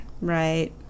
Right